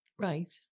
Right